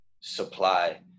supply